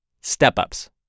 step-ups